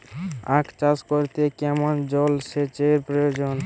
আখ চাষ করতে কেমন জলসেচের প্রয়োজন?